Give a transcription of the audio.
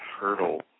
hurdle